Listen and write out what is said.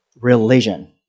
religion